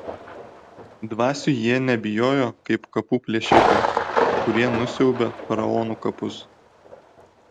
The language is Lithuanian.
dvasių jie nebijojo kaip kapų plėšikai kurie nusiaubia faraonų kapus